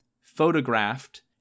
photographed